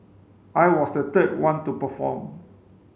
I was the third one to perform